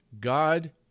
God